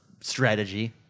strategy